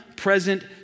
present